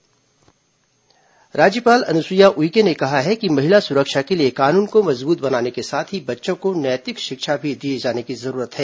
राज्यपाल महिला आयोग राज्यपाल अनुसुईया उइके ने कहा है कि महिला सुरक्षा के लिए कानून को मजबूत बनाने के साथ ही बच्चों को नैतिक शिक्षा भी दिए जाने की जरूरत है